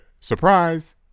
surprise